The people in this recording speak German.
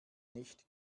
nicht